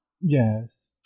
Yes